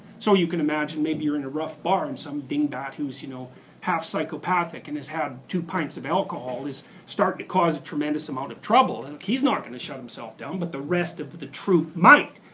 so you can imagine maybe you're in a rough bar, and some dingbat who's you know half-psychopathic and has had two pints of alcohol, is starting to cause a tremendous amount of trouble. and he's not going to shut himself down, but the rest of the troop might.